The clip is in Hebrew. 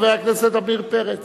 חבר הכנסת עמיר פרץ.